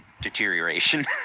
deterioration